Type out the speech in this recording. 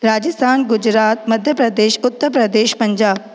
Rajasthan Gujarat Madhya Pradesh Uttar Pradesh Punjab